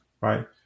right